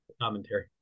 commentary